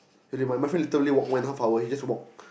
and in my mind literally walk one half hour he just walk